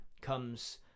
comes